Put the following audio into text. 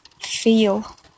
feel